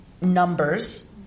Numbers